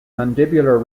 mandibular